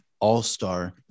all-star